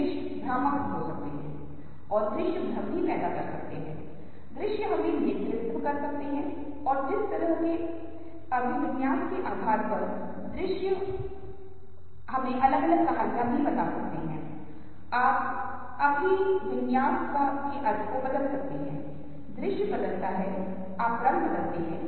विभिन्न रंग उम्र पर हावी होते हैं बड़े लोग आमतौर पर कुछ प्रकार के रंगों का उपयोग करते हैं जैसा कि छोटे लोगों को माना जाता है और यहां तक कि संस्कृति से संस्कृति तक निर्भर करता है